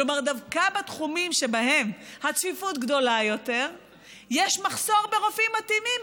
כלומר דווקא בתחומים שבהם הצפיפות גדולה יותר יש מחסור ברופאים מתאימים,